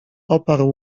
oparł